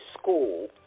school